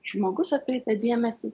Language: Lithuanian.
žmogus atkreipia dėmesį